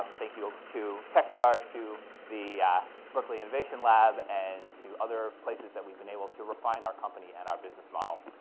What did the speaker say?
um thank you to techstars, to the berkley innovation lab and to other places that we've been able to refine our company and our business model.